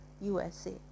USA